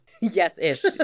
Yes-ish